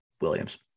Williams